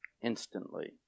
instantly